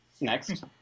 Next